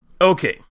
Okay